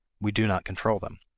we do not control them.